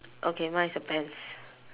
okay mine is a pants